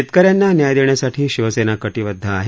शेतकऱ्यांना न्याय देण्यासाठी शिवसेना कटिबद्ध आहे